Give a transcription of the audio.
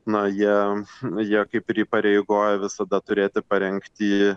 na jie jie kaip ir įpareigoja visada turėti parengty